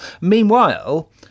Meanwhile